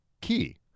Key